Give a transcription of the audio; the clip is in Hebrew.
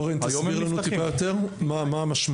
אורן, תסביר לנו טיפה יותר מה המשמעות.